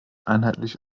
einheitlich